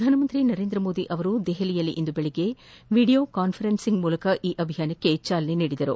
ಪ್ರಧಾನಿ ನರೇಂದ್ರಮೋದಿ ದೆಹಲಿಯಲ್ಲಿ ಇಂದು ಬೆಳಗ್ಗೆ ವಿಡಿಯೋ ಕಾನ್ಫರೆನ್ಲಿಂಗ್ ಮೂಲಕ ಈ ಅಭಿಯಾನಕ್ಕೆ ಚಾಲನೆ ನೀಡಿದರು